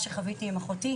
כשחוויתי את החוויה עם אחותי,